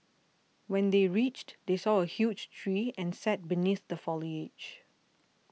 when they reached they saw a huge tree and sat beneath the foliage